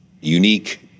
unique